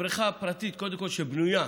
שבריכה פרטית בנויה,